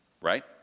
Right